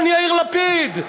יאיר לפיד,